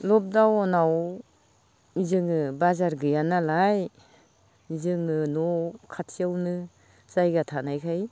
लकदाउनाव जोङो बाजार गैया नालाय जोङो न' खाथियावनो जायगा थानायखाय